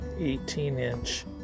18-inch